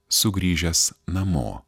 sugrįžęs namo